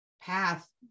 path